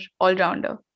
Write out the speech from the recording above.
all-rounder